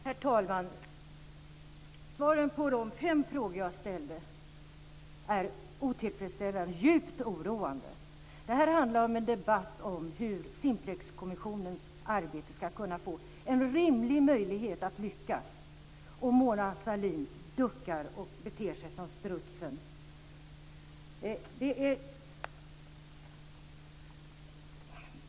Herr talman! Svaren på de fem frågor jag ställde är otillfredsställande och djupt oroande. Det här handlar om en debatt om hur Simplexkommissionens arbete ska kunna få en rimlig möjlighet att lyckas. Och Mona Sahlin duckar och beter sig strutsen.